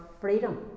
freedom